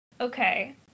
Okay